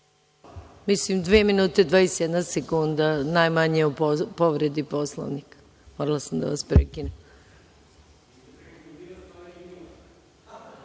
Mislim, dve minute i 21 sekunda, najmanje o povredi Poslovnika. Morala sam da vas prekinem.